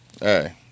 Hey